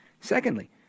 Secondly